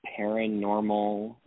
paranormal